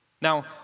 Now